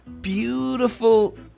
beautiful